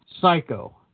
psycho